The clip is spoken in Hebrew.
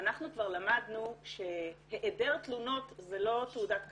אנחנו כבר למדנו שהעדר תלונות זו לא תעודת כבוד.